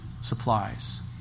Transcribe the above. supplies